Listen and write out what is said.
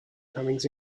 comings